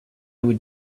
would